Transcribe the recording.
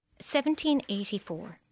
1784